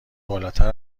بالاتر